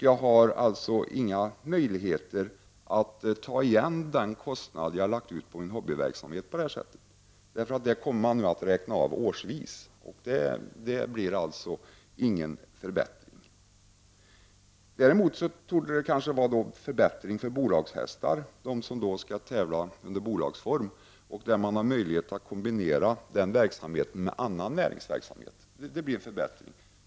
Jag har alltså inga möjligheter att ta igen den kostnad som jag har haft för min hobbyverksamhet. Den kommer man nu att räkna av årsvis, och det blir alltså ingen förbättring. Däremot torde det kanske bli en förbättring för s.k. bolagshästar, hästar som tävlar som ägs av bolag där man har möjlighet att kombinera den verksamheten med annan näringsverksamhet.